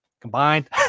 combined